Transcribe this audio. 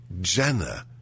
Jenna